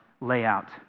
layout